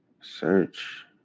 Search